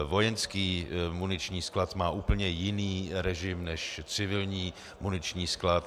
Vojenský muniční sklad má úplně jiný režim než civilní muniční sklad.